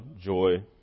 joy